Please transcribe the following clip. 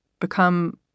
become